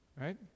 Right